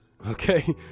Okay